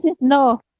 no